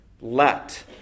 let